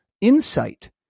insight